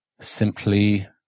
Simply